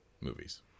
movies